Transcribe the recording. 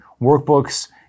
workbooks